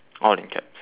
all in caps